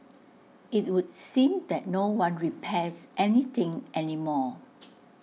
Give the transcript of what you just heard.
IT would seem that no one repairs any thing any more